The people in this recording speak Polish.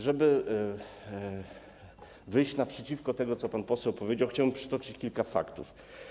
Żeby wyjść naprzeciw temu, co pan poseł powiedział, chciałem przytoczyć kilka faktów.